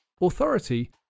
Authority